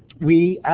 we